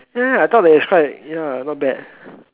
ya I thought that was quite ya not bad